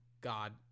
God